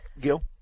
Gil